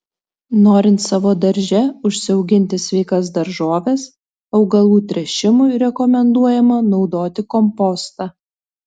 norint savo darže užsiauginti sveikas daržoves augalų tręšimui rekomenduojama naudoti kompostą